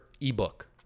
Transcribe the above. ebook